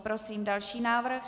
Prosím další návrh.